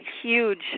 huge